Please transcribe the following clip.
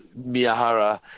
Miyahara